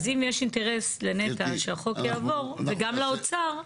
אם יש אינטרס לנת"ע שהחוק יעבור וגם לאוצר,